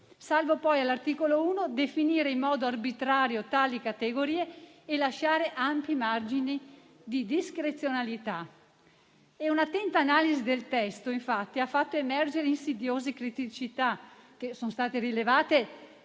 salvo poi, all'articolo 1, definire in modo arbitrario tali categorie e lasciare ampi margini di discrezionalità. Una attenta analisi del testo ha fatto emergere insidiose criticità, che sono state rilevate